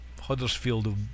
Huddersfield